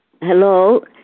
Hello